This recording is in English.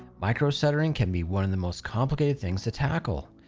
micro stuttering can be one of the most complicated things to tackle.